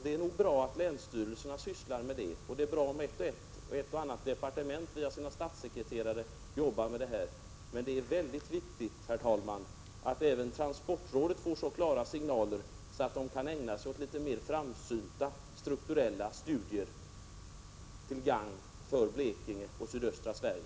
Det är nog bra att länsstyrelserna sysslar med det, och det är bra om ett och annat departement via sina statssekreterare jobbar med det. Men det är mycket viktigt att även transportrådet får så klara signaler att man kan ägna sig åt litet mer framsynta strukturella studier, till gagn för Blekinge och sydöstra Sverige.